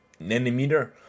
nanometer